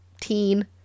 teen